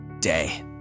day